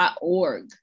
org